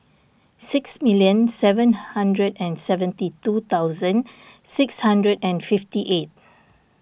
six million seven hundred and seventy two thousand six hundred and fifty eight